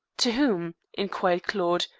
to whom? inquired claude,